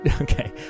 okay